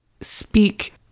speak